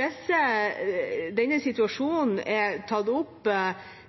Denne situasjonen er tatt opp